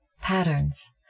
patterns